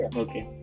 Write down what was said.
okay